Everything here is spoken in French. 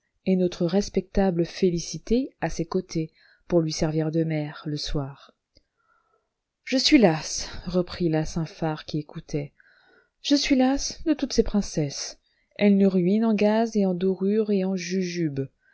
et notre respectable félicité à ses côtés pour lui servir de mère le soir je suis lasse reprit la saint phar qui écoutait je suis lasse de toutes ces princesses elles nous ruinent en gazes et en dorures et en jujubes